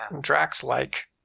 Drax-like